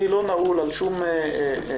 אני לא נעול על שום דבר.